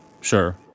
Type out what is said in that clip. Sure